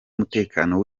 umutekano